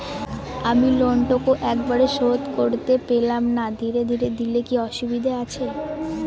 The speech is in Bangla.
আমি লোনটুকু একবারে শোধ করতে পেলাম না ধীরে ধীরে দিলে কি অসুবিধে আছে?